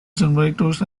generators